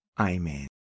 Amen